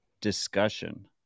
discussion